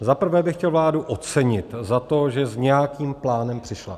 Za prvé bych chtěl vládu ocenit za to, že s nějakým plánem přišla.